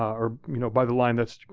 um or you know by the line that's the